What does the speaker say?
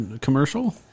commercial